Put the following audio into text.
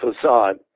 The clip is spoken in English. facade